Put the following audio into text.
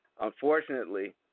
unfortunately